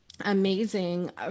amazing